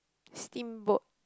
steamboat